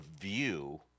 view